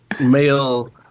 male